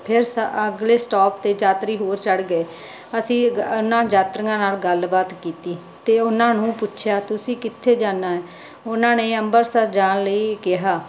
ਫਿਰ ਅਗਲੇ ਸਟੋਪ ਤੇ ਯਾਤਰੀ ਹੋਰ ਚੜ੍ਹ ਗਏ ਅਸੀਂ ਉਹਨਾਂ ਯਾਤਰੀਆਂ ਨਾਲ ਗੱਲਬਾਤ ਕੀਤੀ ਤੇ ਉਹਨਾਂ ਨੂੰ ਪੁੱਛਿਆ ਤੁਸੀਂ ਕਿੱਥੇ ਜਾਨਾ ਏ ਉਹਨਾਂ ਨੇ ਅੰਬਰਸਰ ਜਾਣ ਲਈ ਕਿਹਾ